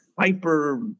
hyper